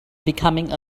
becoming